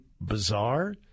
bizarre